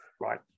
Right